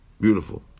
Beautiful